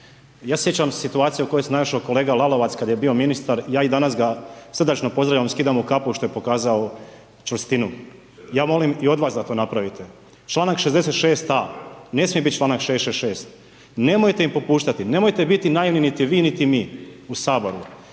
se sjećam situacije u kojoj se našao kolega Lalovac kad je bio ministar, ja i danas ga srdačno pozdravljam, skidam mu kapu što je pokazao čvrstinu. Ja molim i od vas da to napravite. Članak 66. a ne smije biti članak 66. Nemojte im popuštati, nemojte biti naivni niti vi niti mi. U Saboru